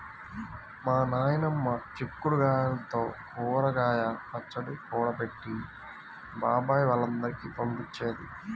మా నాయనమ్మ చిక్కుడు గాయల్తో ఊరగాయ పచ్చడి కూడా పెట్టి బాబాయ్ వాళ్ళందరికీ పంపించేది